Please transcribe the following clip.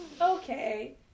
okay